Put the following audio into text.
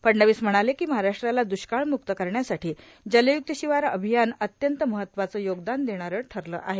फडणवीस म्हणाले की महाराष्ट्राला द्ष्काळम्क्त करण्यासाठी जलय्क्त शिवार अभियान अत्यंत महत्त्वाचं योगदान देणारं ठरलं आहे